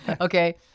okay